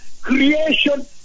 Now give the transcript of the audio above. creation